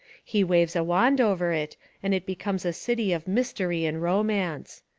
he waves a wand over it and it becomes a city of mystery and romance.